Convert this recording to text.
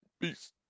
Peace